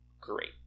great